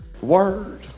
Word